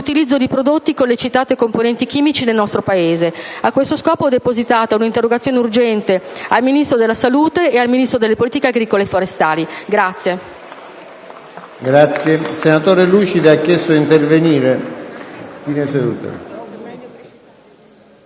l'utilizzo di prodotti con le citate componenti chimiche nel nostro Paese. A questo scopo ho depositato un'interrogazione urgente al Ministro della salute e al Ministro delle politiche agricole e forestali.